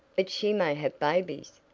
but she may have babies.